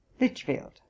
Lichfield